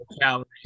calories